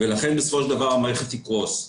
ולכן בסופו של דבר המערכת תקרוס.